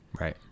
Right